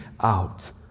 out